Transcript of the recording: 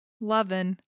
loving